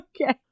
Okay